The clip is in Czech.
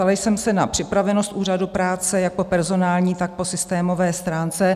Ptala jsem se na připravenost Úřadu práce jak po personální, tak po systémové stránce.